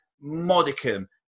modicum